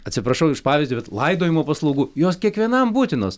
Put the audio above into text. atsiprašau už pavyzdį bet laidojimo paslaugų jos kiekvienam būtinos